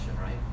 right